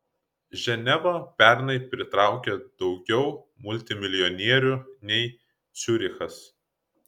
ženeva pernai pritraukė daugiau multimilijonierių nei ciurichas